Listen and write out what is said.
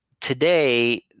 today